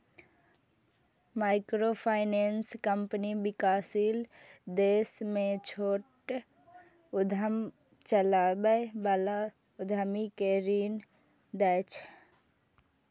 microfinance company विकासशील देश मे छोट उद्यम चलबै बला उद्यमी कें ऋण दै छै